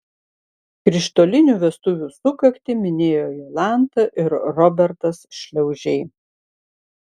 krištolinių vestuvių sukaktį minėjo jolanta ir robertas šliaužiai